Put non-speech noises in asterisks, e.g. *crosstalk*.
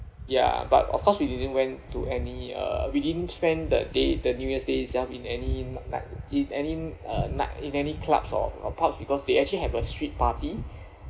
ya but of course we didn't went to any uh we didn't spend that day the new year day itself in any not like in any uh night in any clubs or or pubs because they actually have a street party *breath*